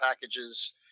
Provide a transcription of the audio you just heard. packages